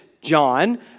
John